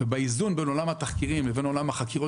באיזון בין עולם התחקירים לבין עולם החקירות